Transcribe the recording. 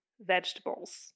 vegetables